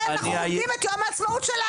הוא היה נתלה על איזה עץ גבוה.